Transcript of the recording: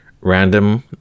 random